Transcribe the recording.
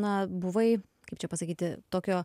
na buvai kaip čia pasakyti tokio